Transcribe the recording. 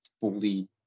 fully